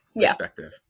perspective